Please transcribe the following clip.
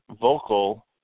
vocal